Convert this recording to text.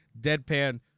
deadpan